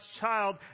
child